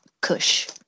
kush